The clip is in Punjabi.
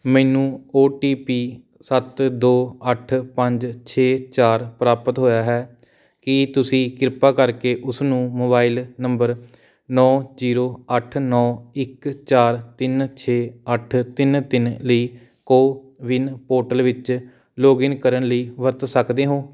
ਮੈਨੂੰ ਓ ਟੀ ਪੀ ਸੱਤ ਦੋ ਅੱਠ ਪੰਜ ਛੇ ਚਾਰ ਪ੍ਰਾਪਤ ਹੋਇਆ ਹੈ ਕੀ ਤੁਸੀਂ ਕਿਰਪਾ ਕਰਕੇ ਉਸ ਨੂੰ ਮੋਬਾਈਲ ਨੰਬਰ ਨੌ ਜੀਰੋ ਅੱਠ ਨੌ ਇੱਕ ਚਾਰ ਤਿੰਨ ਛੇ ਅੱਠ ਤਿੰਨ ਤਿੰਨ ਲਈ ਕੋਵਿਨ ਪੋਰਟਲ ਵਿੱਚ ਲੌਗਇਨ ਕਰਨ ਲਈ ਵਰਤ ਸਕਦੇ ਹੋ